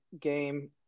game